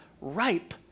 ripe